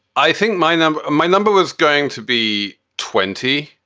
i think my number, and my number is going to be twenty,